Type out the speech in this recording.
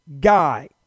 guy